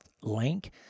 link